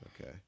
Okay